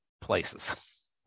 places